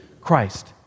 Christ